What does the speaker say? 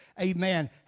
amen